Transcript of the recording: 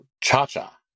Cha-Cha